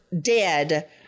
dead